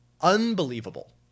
Unbelievable